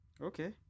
Okay